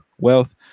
wealth